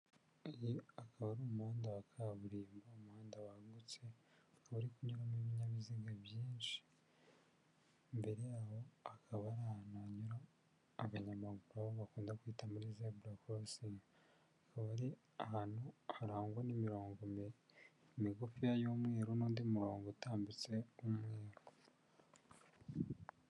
Iyi akaba ari umuhanda wa kaburimbo, umuhanda wagutse uri kunyuramo n'ibinyabiziga byinshi. Imbere yaho akaba ari ahantu hanyura abanyamaguru aho bakunda kwita muri zebura korosingi akaba ari ahantu harangwa n'imirongo migufi y'umweru n'undi murongo utambitse umwe.